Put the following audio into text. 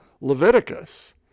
Leviticus